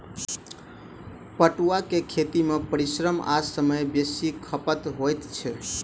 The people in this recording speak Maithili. पटुआक खेती मे परिश्रम आ समय बेसी खपत होइत छै